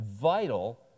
vital